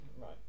Right